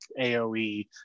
AOE